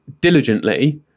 diligently